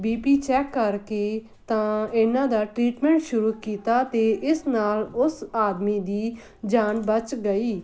B P check ਕਰਕੇ ਤਾਂ ਇਹਨਾਂ ਦਾ ਟਰੀਟਮੈਂਟ ਸ਼ੁਰੂ ਕੀਤਾ ਅਤੇ ਇਸ ਨਾਲ ਉਸ ਆਦਮੀ ਦੀ ਜਾਨ ਬਚ ਗਈ